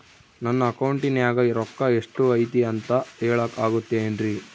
ನನ್ನ ಅಕೌಂಟಿನ್ಯಾಗ ರೊಕ್ಕ ಎಷ್ಟು ಐತಿ ಅಂತ ಹೇಳಕ ಆಗುತ್ತೆನ್ರಿ?